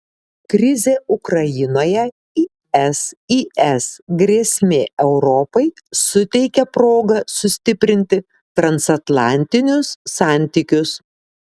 krizė ukrainoje isis grėsmė europai suteikia progą sustiprinti transatlantinius santykius